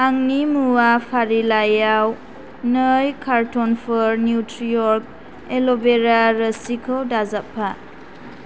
आंनि मुवा फारिलाइयाव नै कारटनफोर न्युत्रिअर्ग एल'वेरा रोसिखौ दाजाबफा